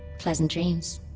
pleasant dreams